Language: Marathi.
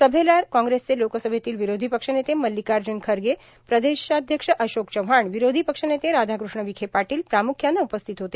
सभेला काँग्रेसचे लोकसभेतील र्ववरोधी पक्ष नेते मल्लिकाजुन खरगे प्रदेशाध्यक्ष अशोक चव्हाण विरोधी पक्षनेते राधाकृष्ण विखे पाटोल प्रामुख्यानं उपस्थित होते